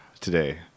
today